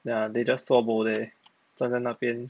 ya they just zuobo there 站在那边